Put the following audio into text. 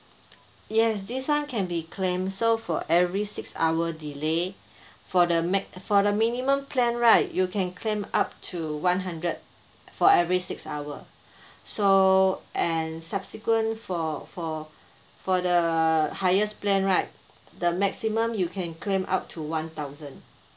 yes this one can be claim so for every six hour delay for the ma~ for the minimum plan right you can claim up to one hundred for every six hour so and subsequent for for for the highest plan right the maximum you can claim up to one thousand